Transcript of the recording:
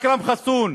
אכרם חסון,